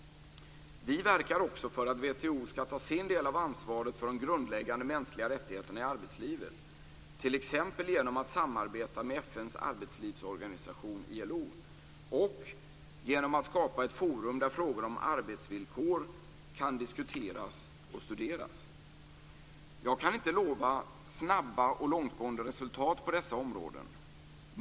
Vi verkar också för att WTO skall ta sin del av ansvaret för de grundläggande mänskliga rättigheterna i arbetslivet, t.ex. genom att samarbeta med FN:s arbetslivsorganisation ILO och genom att skapa ett forum där frågor om arbetsvillkor kan diskuteras och studeras. Jag kan inte lova snabba och långtgående resultat på dessa områden.